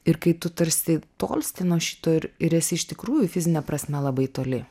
ir kai tu tarsi tolsti nuo šito ir ir esi iš tikrųjų fizine prasme labai toli